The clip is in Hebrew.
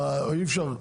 אי אפשר.